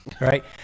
right